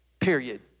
period